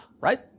right